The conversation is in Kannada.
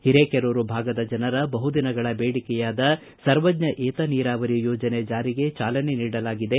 ಹಿರೇಕೆರೂರು ಭಾಗದ ಜನರ ಬಹು ದಿನಗಳ ಬೇಡಿಕೆಯಾದ ಸರ್ವಜ್ಞ ಏತ ನೀರಾವರಿ ಯೋಜನೆ ಜಾರಿಗೆ ಜಾಲನೆ ನೀಡಲಾಗಿದೆ